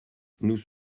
nous